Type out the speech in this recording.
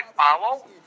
follow